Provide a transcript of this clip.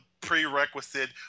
prerequisite